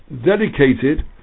dedicated